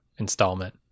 installment